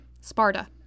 Sparta